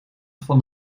van